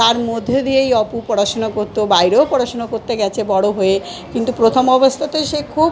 তার মধ্যে দিয়েই অপু পড়াশুনা করতো বাইরেও পড়াশুনো করতে গেছে বড় হয়ে কিন্তু প্রথম অবস্থাতেই সে খুব